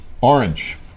Orange